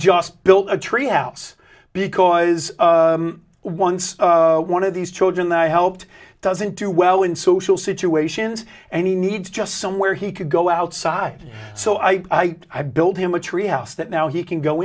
just built a tree house because once one of these children that i helped doesn't do well in social situations and he needs just somewhere he could go outside so i have build him a tree house that now he can go